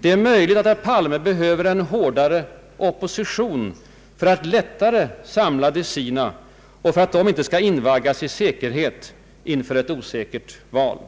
Det är möjligt att herr Palme behöver en hårdare opposition för att lättare samla de sina och för att de inte skall invaggas i säkerhet inför ett osäkert val.